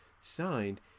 signed